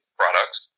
products